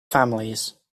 families